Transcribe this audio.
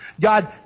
God